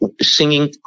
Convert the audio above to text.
singing